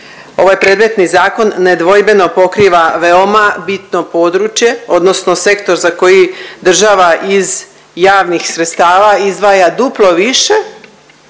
Ovaj predmetni zakon nedvojbeno pokriva veoma bitno područje odnosno sektor za koji država iz javnih sredstava izdvaja duplo više